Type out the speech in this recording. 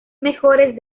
mejores